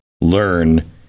learn